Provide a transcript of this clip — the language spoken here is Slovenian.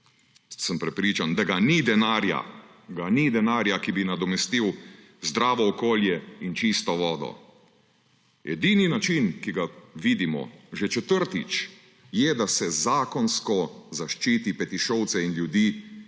ni denarja, ga ni denarja, ki bi nadomestil zdravo okolje in čisto vodo. Edini način, ki ga vidimo že četrtič, je, da se zakonsko zaščiti Petišovce in ljudi